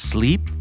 Sleep